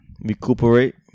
Recuperate